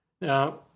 Now